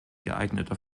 geeigneter